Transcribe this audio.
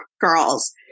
girls